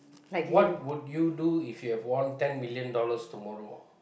what would you do if you have won ten million dollars tomorrow